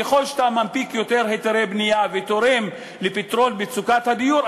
ככל שאתה מנפיק יותר היתרי בנייה ותורם לפתרון מצוקת הדיור,